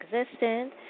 existence